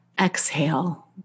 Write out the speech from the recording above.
Exhale